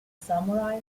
samurai